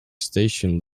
station